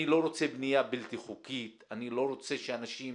אני לא רוצה בנייה בלתי חוקית, אני לא רוצה שאנשים